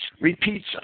repeats